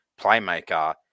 playmaker